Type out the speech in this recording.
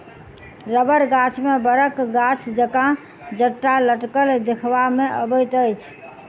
रबड़ गाछ मे बड़क गाछ जकाँ जटा लटकल देखबा मे अबैत अछि